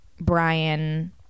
Brian